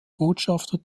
botschafter